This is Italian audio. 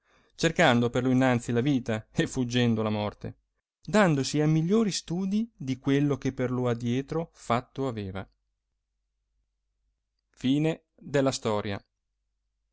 cercando per lo innanzi la vita e fuggendo la morte dandosi a migliori studi di quello che per lo adietro fatto aveva